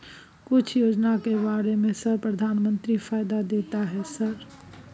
कुछ योजना के बारे में सर प्रधानमंत्री फायदा देता है सर?